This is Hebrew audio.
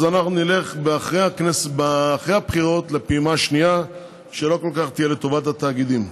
אז אנחנו נלך אחרי הבחירות לפעימה שנייה שלא כל כך תהיה לטובת התאגידים.